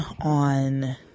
on